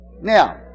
Now